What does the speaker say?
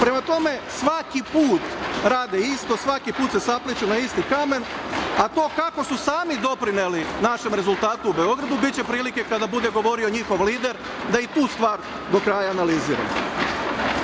drugo. Prema tome, svaki put rade isto, svaki put se sapliću na isti kamen, a to kako su sami doprineli našem rezultatu u Beogradu biće prilike kada bude govorio njihov lider da i tu stvar do kraja analiziramo.6/1